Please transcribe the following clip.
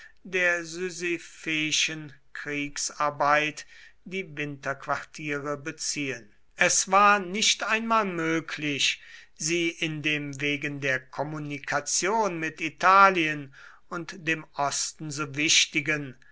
der sisypheischen kriegsarbeit die winterquartiere beziehen es war nicht einmal möglich sie in dem wegen der kommunikation mit italien und dem osten so wichtigen